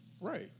Right